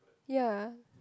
ya